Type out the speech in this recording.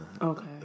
Okay